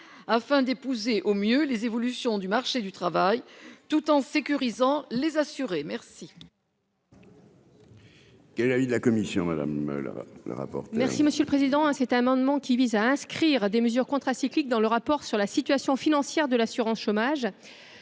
afin d'épouser au mieux les évolutions du marché du travail tout en sécurisant les assurés merci.